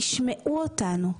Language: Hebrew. תשמעו אותנו.